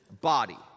body